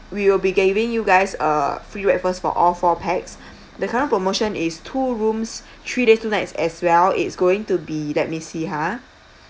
we will be giving you guys uh free breakfast for all four pax the current promotion is two rooms three days two nights as well it's going to be let me see ha